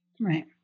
Right